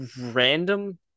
random